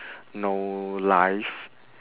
no life